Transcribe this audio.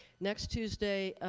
next tuesday,